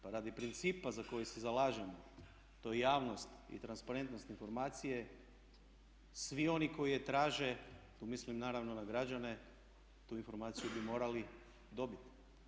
Pa radi principa za koji se zalažem to i javnost i transparentnost informacije svi oni koji je traže, tu mislim naravno na građane, tu informaciju bi morali dobiti.